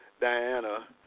Diana